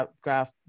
graph